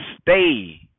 stay